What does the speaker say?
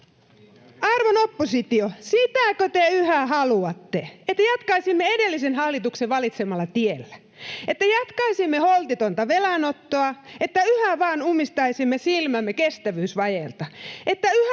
Arvon oppositio, sitäkö te yhä haluatte, että jatkaisimme edellisen hallituksen valitsemalla tiellä; että jatkaisimme holtitonta velanottoa; että yhä vain ummistaisimme silmämme kestävyysvajeelta; että yhä vain tyytyisimme siihen, että Suomessa